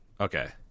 Okay